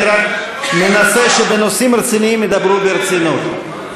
אני רק מנסה שבנושאים רציניים ידברו ברצינות.